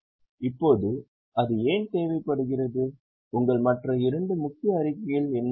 இப்போது அது ஏன் தேவைப்படுகிறது உங்கள் மற்ற இரண்டு முக்கிய அறிக்கைகள் என்ன